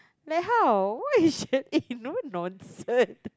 like how why you should eh no nonsense